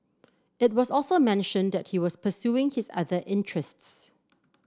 it was also mentioned that he was pursuing his other interests